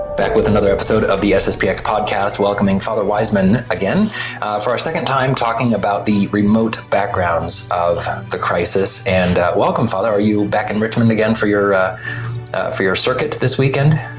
back with another episode of the sspx podcast welcoming father wiseman again for our second time talking about the remote backgrounds of the crisis and welcome father are you back in richmond again for your for your circuit this weekend?